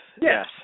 yes